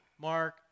Mark